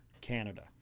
Canada